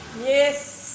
Yes